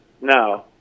No